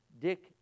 Dick